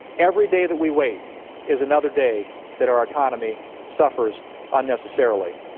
every day that we wait is another day that our economy suffers unnecessarily.